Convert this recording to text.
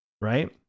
right